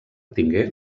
tingué